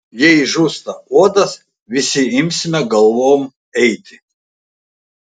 jei žūsta uodas visi imsime galvom eiti